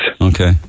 Okay